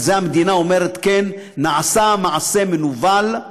אבל בזה המדינה אומרת: כן, נעשה מעשה מנוול,